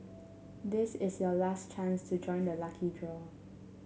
this is your last chance to join the lucky draw